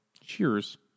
cheers